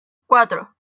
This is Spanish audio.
cuatro